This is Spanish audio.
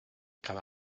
cada